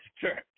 church